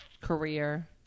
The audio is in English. career